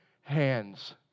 hands